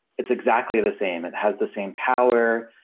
it's exactly the same. it has the same power.